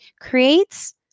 creates